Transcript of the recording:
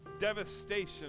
devastation